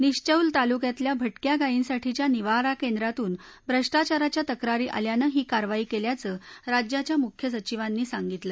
निश्चौल तालुक्यातल्या भटक्या गायींसाठींच्या निवारा केंद्रातून भ्रष्टाचाराच्या तक्रारी आल्यानं ही कारवाई केल्याचं राज्याच्या मुख्य सचिवांनी सांगितलं